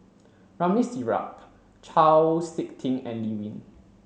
Ramli Sarip Chau Sik Ting and Lee Wen